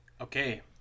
Okay